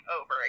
over